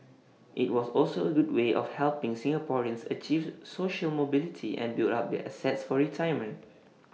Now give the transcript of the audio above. IT was also A good way of helping Singaporeans achieve social mobility and build up their assets for retirement